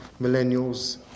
millennials